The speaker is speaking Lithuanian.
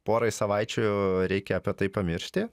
porai savaičių reikia apie tai pamiršti